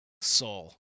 soul